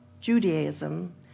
Judaism